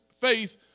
faith